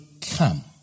come